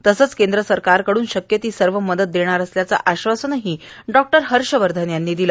तसंच केंद्र सरकारकडून शक्य ती मदत देणार असल्याचं आश्वासनही डॉ हर्ष वर्धन यांनी दिलं